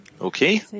Okay